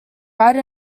write